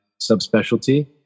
subspecialty